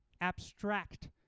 abstract